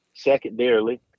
secondarily